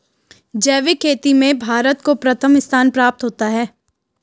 जैविक खेती में भारत को प्रथम स्थान प्राप्त है